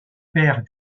père